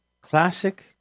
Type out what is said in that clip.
Classic